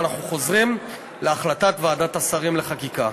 ואנחנו חוזרים להחלטת ועדת השרים לחקיקה.